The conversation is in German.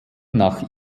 nach